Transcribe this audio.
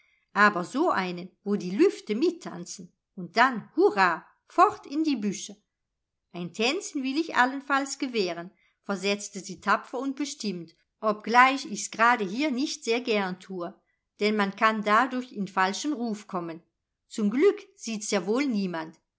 aber so einen wo die lüfte mittanzen und dann hurrah fort in die büsche ein tänzchen will ich allenfalls gewähren versetzte sie tapfer und bestimmt obgleich ich's gerade hier nicht sehr gern tue denn man kann dadurch in falschen ruf kommen zum glück sieht's ja wohl niemand